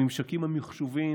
הממשקים המחשוביים